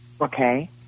Okay